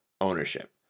ownership